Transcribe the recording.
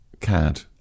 cad